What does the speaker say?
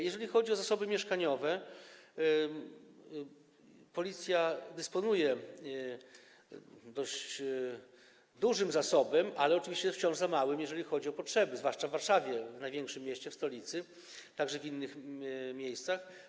Jeżeli chodzi o zasoby mieszkaniowe, to Policja dysponuje dość dużym zasobem, ale oczywiście wciąż za małym, jeżeli chodzi o potrzeby, zwłaszcza w Warszawie, największym mieście, stolicy, ale także w innych miejscach.